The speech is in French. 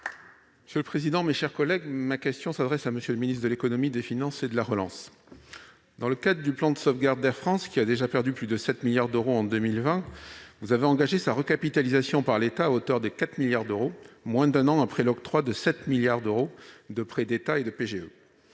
pour le groupe Les Républicains. Ma question s'adresse à M. le ministre de l'économie, des finances et de la relance. Monsieur le ministre, dans le cadre du plan de sauvegarde d'Air France, qui a déjà perdu plus de 7 milliards d'euros en 2020, vous avez engagé sa recapitalisation par l'État à hauteur de 4 milliards d'euros, moins d'un an après l'octroi de 7 milliards d'euros en prêts d'État ou